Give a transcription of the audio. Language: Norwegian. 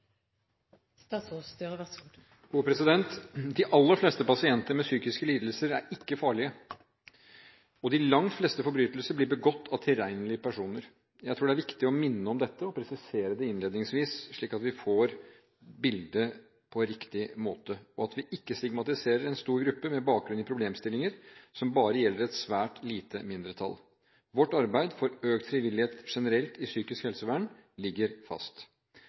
ikke farlige, og de langt fleste forbrytelser blir begått av tilregnelige personer. Jeg mener det er viktig å minne om og presisere dette innledningsvis, slik at bildet blir riktig, og at vi ikke stigmatiserer en stor gruppe med bakgrunn i problemstillinger som bare gjelder et svært lite mindretall. Vårt arbeid for økt frivillighet generelt i psykisk helsevern ligger fast.